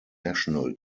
national